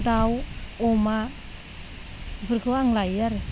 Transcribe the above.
दाउ अमा बिफोरखो आं लायो आरो